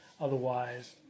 otherwise